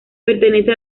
pertenece